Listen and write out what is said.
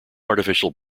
artificial